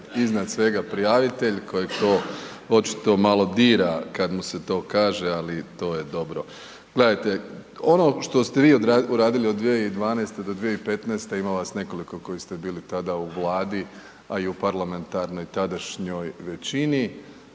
iznad svega prijavitelj kojeg to očito malo dira kada mu se to kaže ali to je dobro. Gledajte ono što ste vi uradili od 2012. do 2015. ima vas nekoliko koji ste bili tada u Vladi a i u parlamentarnoj tadašnjoj većini,